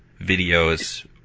videos